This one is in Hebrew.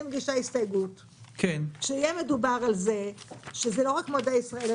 אני מגישה הסתייגות שיהיה מדובר על זה שזה לא רק מועדי ישראל,